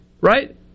right